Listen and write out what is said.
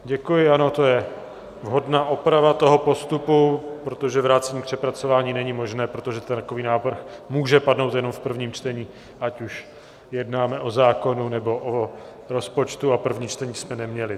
Děkuji, ano, to je vhodná oprava toho postupu, protože vrácení k přepracování není možné, protože takový návrh může padnout jenom v prvním čtení, ať už jednáme o zákonu, nebo o rozpočtu, a první čtení jsme neměli.